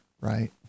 right